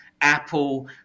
Apple